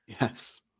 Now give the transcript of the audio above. Yes